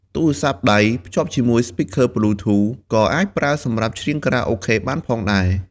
ទូរស័ព្ទដៃ ភ្ជាប់ជាមួយ Speaker Bluetooth ក៏អាចប្រើសម្រាប់ច្រៀងខារ៉ាអូខេបានផងដែរ។